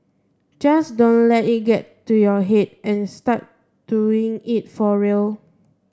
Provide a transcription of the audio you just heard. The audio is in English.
just don't let it get to your head and start doing it for real